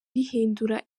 rihindura